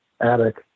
attic